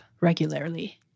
regularly